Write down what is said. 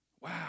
Wow